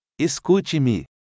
Escute-me